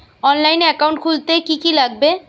অনলাইনে একাউন্ট খুলতে কি কি লাগবে?